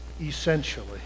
essentially